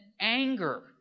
anger